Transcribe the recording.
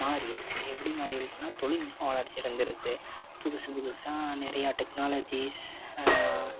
மாறிருச்சு எப்படி மாறிருச்சுன்னா தொழில்நுட்பம் வளர்ச்சி அடைஞ்சிருச்சு புதுசு புதுசாக நிறையா டெக்னாலஜிஸ்